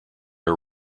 are